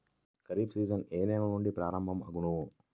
Kharif season ఏ నెల నుండి ప్రారంభం అగును?